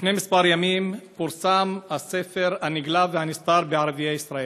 לפני כמה ימים פורסם הספר "הנגלה והנסתר בערביי ישראל",